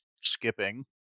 skipping